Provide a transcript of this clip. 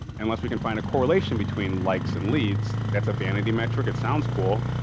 unless we can find a correlation between likes and leads. that's a vanity metric. it sounds cool.